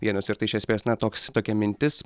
vienas ir tai iš esmės na toks tokia mintis